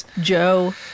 Joe